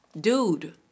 Dude